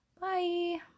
bye